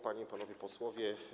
Panie i Panowie Posłowie!